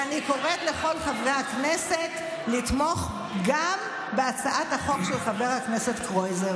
ואני קוראת לכל חברי הכנסת לתמוך גם בהצעת החוק של חבר הכנסת קרויזר.